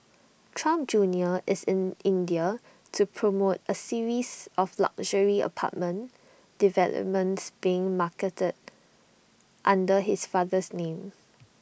Trump junior is in India to promote A series of luxury apartment developments being marketed under his father's name